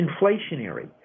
inflationary